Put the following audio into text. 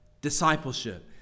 discipleship